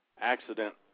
accident